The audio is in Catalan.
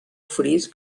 fris